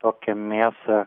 tokia mėsa